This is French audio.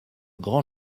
grands